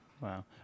Wow